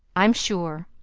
i'm sure.